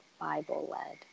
bible-led